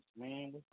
man